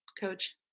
Coach